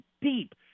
deep